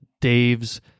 Dave's